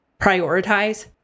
Prioritize